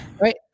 Right